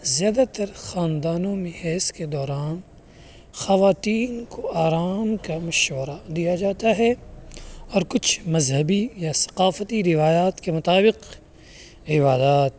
زیادہ تر خاندانوں میں حیض کے دوران خواتین کو آرام کا مشورہ دیا جاتا ہے اور کچھ مذہبی یا ثقافتی روایات کے مطابق روایات